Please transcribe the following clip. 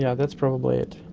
yeah that's probably it.